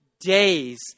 days